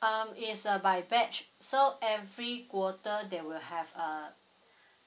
um it's a by batch so every quarter they will have a